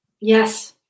Yes